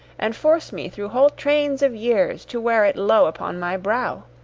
and force me through whole trains of years to wear it low upon my brow!